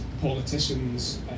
politicians